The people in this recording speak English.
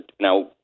Now